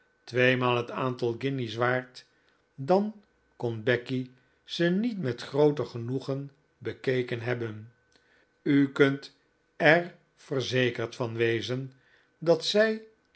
tweemaal het aantal guinjes waard dan kon becky ze niet met grooter genoegen bekeken hebben u kunt er verzekerd van wezen dat zij